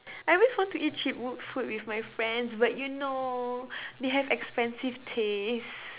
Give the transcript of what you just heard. I always want to eat cheap food with my friends but you know they have expensive taste